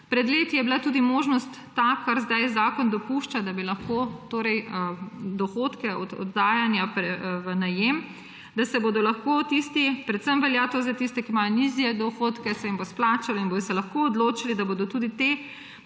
Pred leti je bila tudi možnost, ta, kar sedaj zakon dopušča, da bi lahko dohodke od oddajanja v najem – predvsem velja to za tiste, ki imajo nižje dohodke, da se jim bo splačalo in se bodo lahko odločili, da bodo tudi te